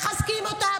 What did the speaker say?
מחזקים אותם,